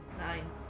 Nine